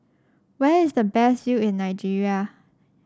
where is the best view in Nigeria